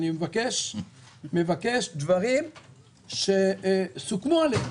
אני מבקש דברים שסוכם עליהם.